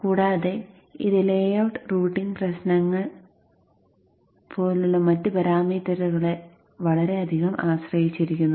കൂടാതെ ഇത് layout routing പ്രശ്നങ്ങൾ പോലുള്ള മറ്റ് പാരാമീറ്ററുകളെ വളരെയധികം ആശ്രയിച്ചിരിക്കുന്നു